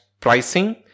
pricing